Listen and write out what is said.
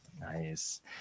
Nice